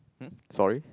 hm sorry